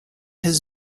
his